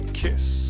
kiss